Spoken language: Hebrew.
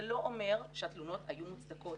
זה לא אומר שהתלונות היו מוצדקות,